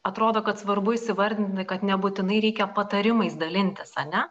atrodo kad svarbu įsivardin kad nebūtinai reikia patarimais dalintis ane